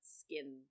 skin